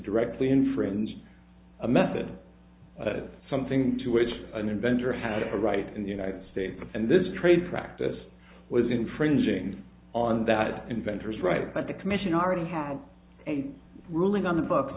directly infringe a method that is something to which an inventor had a right in the united states and this trade practice was infringing on that inventors right but the commission are to have a ruling on the books